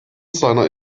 seiner